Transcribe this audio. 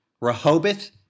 Rehoboth